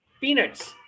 peanuts